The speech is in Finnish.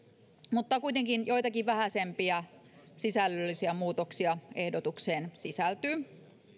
mutta kuitenkin joitakin vähäisempiä sisällöllisiä muutoksia ehdotukseen sisältyy